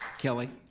kelly